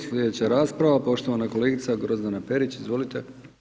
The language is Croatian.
Slijedeća rasprava poštovana kolegica Grozdana Perić, izvolite.